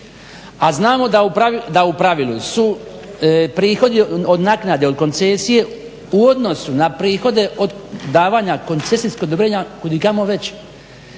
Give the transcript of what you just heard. a znamo da u pravilu su prihodi od naknade od koncesije u odnosu na prihode od davanja koncesijskog dobrenja kudikamo veći.